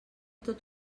tot